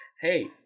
hey